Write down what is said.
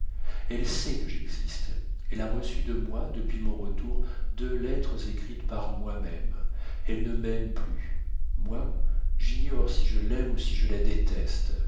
elle sait que j'existe elle a reçu de moi depuis mon retour deux lettres écrites par moi-même elle ne m'aime plus moi j'ignore si je l'aime ou si je la déteste